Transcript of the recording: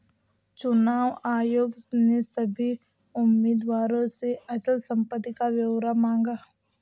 चुनाव आयोग ने सभी उम्मीदवारों से अचल संपत्ति का ब्यौरा मांगा